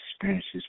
experiences